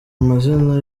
amazina